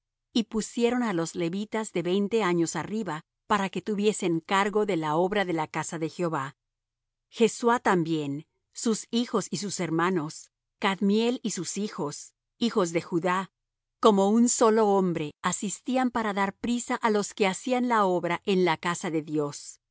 y pusieron á los levitas de veinte años arriba para que tuviesen cargo de la obra de la casa de jehová jesuá también sus hijos y sus hermanos cadmiel y sus hijos hijos de judá como un solo hombre asistían para dar priesa á los que hacían la obra en la casa de dios